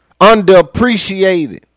underappreciated